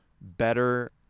better